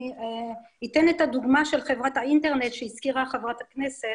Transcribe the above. אני אתן את הדוגמה של חברת האינטרנט שהזכירה חברת הכנסת,